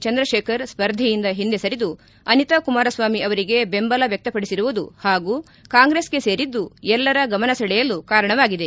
ಚಂದ್ರಶೇಖರ್ ಸ್ಪರ್ಧೆಯಿಂದ ಹಿಂದೆ ಸರಿದು ಅನಿತಾ ಕುಮಾರಸ್ವಾಮಿ ಅವರಿಗೆ ಬೆಂಬಲ ವ್ಯಕ್ತಪಡಿಸಿರುವುದು ಹಾಗೂ ಕಾಂಗ್ರೆಸ್ಗೆ ಸೇರಿದ್ದು ಎಲ್ಲರ ಗಮನಸೆಳೆಯಲು ಕಾರಣವಾಗಿದೆ